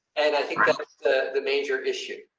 and i think the major issue,